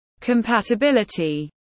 compatibility